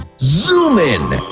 zoom in.